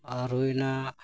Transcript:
ᱟᱨ ᱦᱩᱭᱱᱟ